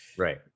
Right